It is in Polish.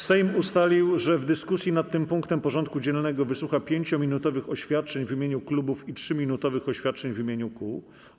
Sejm ustalił, że w dyskusji nad tym punktem porządku dziennego wysłucha 5-minutowych oświadczeń w imieniu klubów i 3-minutowych oświadczeń w imieniu kół.